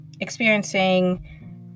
experiencing